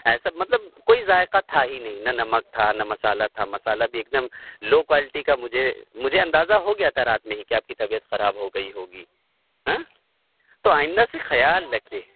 ایسا مطلب کوئی ذائقہ تھا ہی نہیں نہ نمک تھا نہ مسالہ تھا مسالہ بھی ایک دم لو کوالٹی کا مجھے مجھے اندازہ ہو گیا تھا رات میں ہی کہ آپ کی طبیعت خراب ہو گئی ہوگی آئیں تو آئندہ سے خیال رکھیے